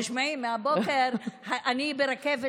תשמעי, מהבוקר אני ברכבת